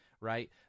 right